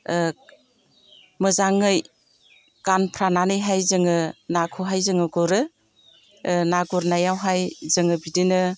मोजाङै गानफ्रानानैहाय जोङो नाखौहाय जोङो गुरो ना गुरनायावहाय जोङो बिदिनो